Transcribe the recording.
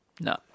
no